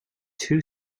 two